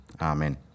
Amen